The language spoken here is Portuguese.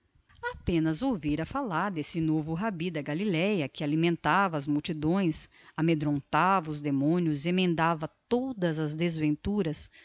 apenas ouvira porém desse novo rabi da galileia que alimentava as multidões amedrontava os demónios emendava todas as desventuras